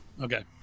Okay